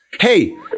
Hey